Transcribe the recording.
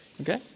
Okay